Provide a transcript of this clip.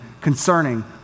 concerning